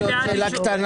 יש לי עוד שאלה קטנה.